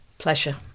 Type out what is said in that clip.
pleasure